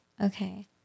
okay